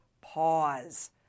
pause